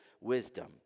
wisdom